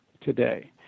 today